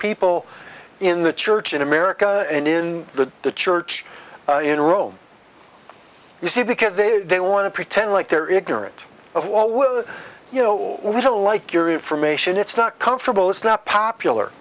people in the church in america and in the the church in rome you see because they they want to pretend like they're ignorant of what will you know we don't like your information it's not comfortable it's not popular